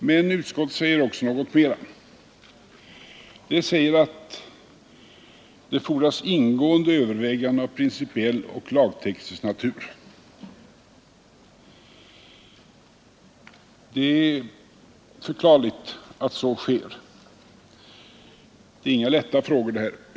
Men utskottet säger också något mer, nämligen att det fordras ingående överväganden av principiell och lagteknisk natur. Det är förklarligt att utskottet anför detta. Det här är inga lätta frågor.